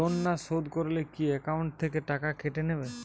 Loan না শোধ করলে কি একাউন্ট থেকে টাকা কেটে নেবে?